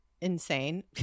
insane